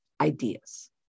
ideas